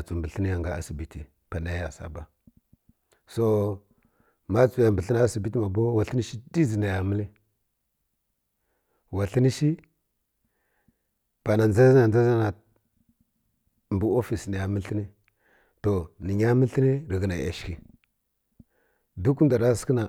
həw mbi hən yu nga asibitə panə ya suba so ma tsəw mbə həna asibiti ma bow wa hən shi diʒi nə ya məl wa hən shi pana dʒa zi na mbə office nə məl hən to nə nya məl hən rə ghə na yasəki duk ndw ra səkə na